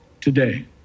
today